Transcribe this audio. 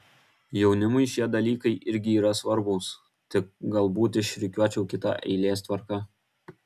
jaunimui šie dalykai irgi yra svarbūs tik galbūt išrikiuočiau kita eilės tvarka